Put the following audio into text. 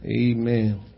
Amen